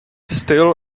still